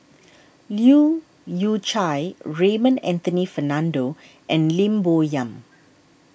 Leu Yew Chye Raymond Anthony Fernando and Lim Bo Yam